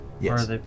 Yes